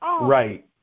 Right